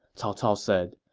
cao cao said.